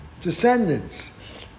descendants